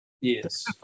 yes